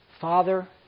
Father